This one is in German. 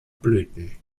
blüten